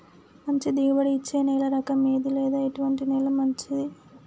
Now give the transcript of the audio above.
మంచి దిగుబడి ఇచ్చే నేల రకం ఏది లేదా ఎటువంటి నేల మంచిది?